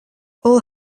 all